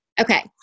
Okay